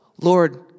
Lord